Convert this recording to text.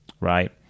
right